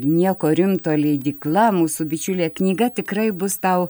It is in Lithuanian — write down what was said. nieko rimto leidykla mūsų bičiulė knyga tikrai bus tau